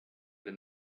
than